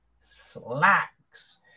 Slacks